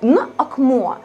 na akmuo